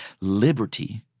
liberty